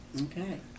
Okay